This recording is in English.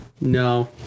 no